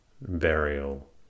burial